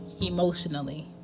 emotionally